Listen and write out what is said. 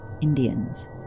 Indians